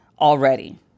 already